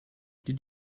did